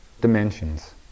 dimensions